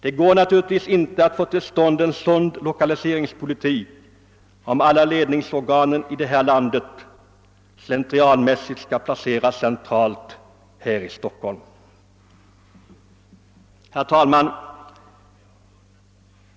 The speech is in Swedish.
Det går naturligtvis inte att få till stånd en sund lokaliseringspolitik, om alla ledande organ i vårt land slentrianmässigt skall placeras centralt här i Stockholm.